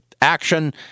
action